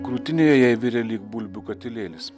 krūtinėje jai virė lyg bulbių katilėlis